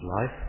life